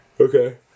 Okay